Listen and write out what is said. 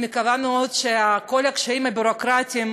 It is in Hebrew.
אני מקווה מאוד שאת כל הקשיים הביורוקרטיים